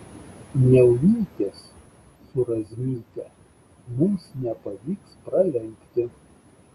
niaunytės su razmyte mums nepavyks pralenkti